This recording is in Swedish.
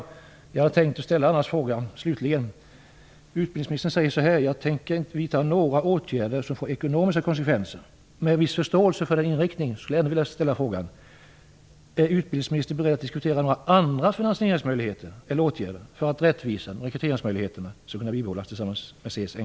Annars hade jag slutligen tänkt ställa en fråga. Utbildningsministern säger att han inte tänker vidta några åtgärder som får ekonomiska konsekvenser. Med en viss förståelse för den inriktningen skulle jag ändå vilja ställa frågan: Är utbildningsministern beredd att diskutera några andra finansieringsmöjligheter eller åtgärder för att rättvisan och rekryteringsmöjligheterna skall kunna bibehållas genom CSN